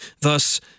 Thus